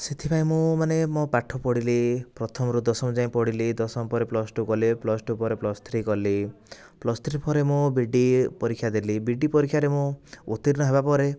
ସେଥିପାଇଁ ମୁଁ ମାନେ ମୁଁ ପାଠ ପଢ଼ିଲି ପ୍ରଥମରୁ ଦଶମ ଯାଏଁ ପଢ଼ିଲି ଦଶମ ପରେ ପ୍ଲସ୍ ଟୁ କଲି ପ୍ଲସ୍ ଟୁ ପରେ ପ୍ଲସ୍ ଥ୍ରୀ କଲି ପ୍ଲସ୍ ଥ୍ରୀ ପରେ ମୁଁ ବି ଇ ଡି ପରୀକ୍ଷା ଦେଲି ବି ଇ ଡି ପରୀକ୍ଷାରେ ମୁଁ ଉତିର୍ଣ୍ଣ ହେଲାପରେ